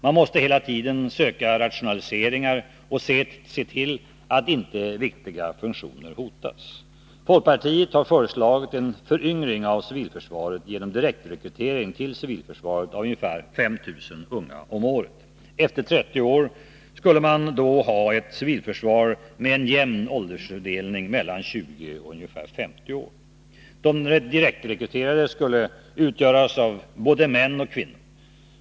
Man måste hela tiden söka rationaliseringar och se till att inte viktiga funktioner hotas. Folkpartiet har föreslagit en föryngring av civilförsvaret genom direktrekrytering till civilförsvaret av ungefär 5 000 unga om året. Efter 30 år skulle man då ha ett civilförsvar med en jämn åldersfördelning mellan 20 och ungefär 50 år. De direktrekryterade skulle utgöras av både män och kvinnor.